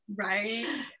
Right